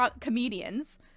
comedians